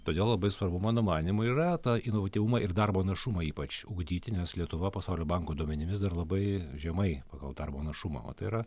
todėl labai svarbu mano manymu ir yra tą inovatyvumą ir darbo našumą ypač ugdyti nes lietuva pasaulio banko duomenimis dar labai žemai pagal darbo našumą o tai yra